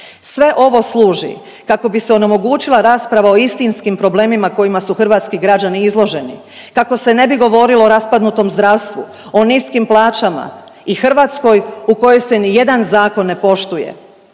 Sve ovo služi kako bi se onemogućila rasprava o istinskim problemima kojima su hrvatski građani izloženi kako se ne bi govorilo o raspadnutom zdravstvu, o niskim plaćama i Hrvatskoj u kojoj se ni jedan zakon ne poštuje,